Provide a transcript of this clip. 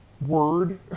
word